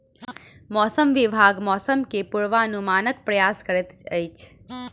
मौसम विभाग मौसम के पूर्वानुमानक प्रयास करैत अछि